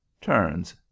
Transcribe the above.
turns